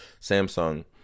Samsung